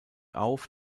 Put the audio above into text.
auf